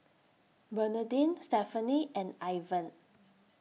Bernadine Stephenie and Ivan